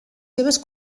seves